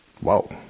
Whoa